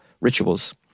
rituals